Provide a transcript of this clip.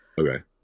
Okay